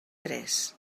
tres